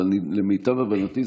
אבל למיטב הבנתי,